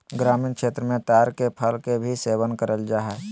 ग्रामीण क्षेत्र मे ताड़ के फल के भी सेवन करल जा हय